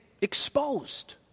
exposed